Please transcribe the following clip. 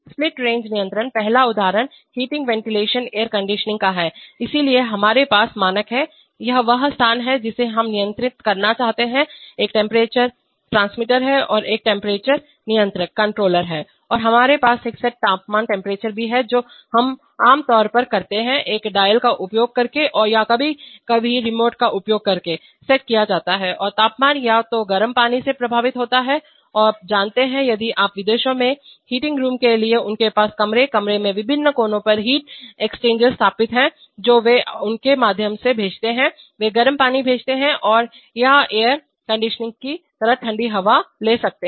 split range नियंत्रण पहला उदाहरण हीटिंग वेंटिलेशन एयर कंडीशनिंग का है इसलिए हमारे पास मानक है यह वह स्थान है जिसे हम नियंत्रित करना चाहते हैं एक टेम्परेचर ट्रांसमीटर है और एक टेम्परेचर नियंत्रककंट्रोलर है और हमारे पास एक सेट तापमानटेम्परेचर भी है जो हम आम तौर पर करते हैं एक डायल का उपयोग करके या कभी कभी रिमोट का उपयोग करके सेट किया जाता है और तापमान या तो गर्म पानी से प्रभावित होता है आप जानते हैं यदि आप विदेशों में हीटिंग रूम के लिए उनके पास कमरे कमरे के विभिन्न कोनों पर हीट एक्सचेंजर्स स्थापित हैं जो वे उनके माध्यम से भेजते हैं वे गर्म पानी भेजते हैं या आप एयर कंडीशनिंग की तरह ठंडी हवा ले सकते हैं